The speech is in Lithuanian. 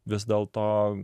vis dėlto